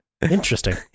interesting